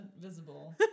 visible